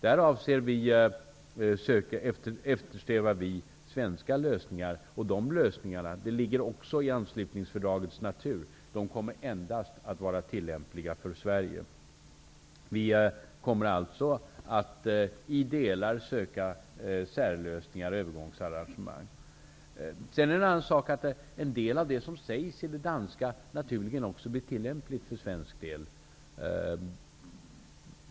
Där efterstävar vi svenska lösningar. Dessa lösningar kommer endast att vara tillämpliga för Sverige. Det ligger också i anslutningsfördragets natur. Vi kommer alltså att söka särlösningar och övergångsarrangemang i olika delar. En del av det som sägs när det gäller Danmark blir naturligtvis också tillämpligt för svensk del.